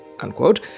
unquote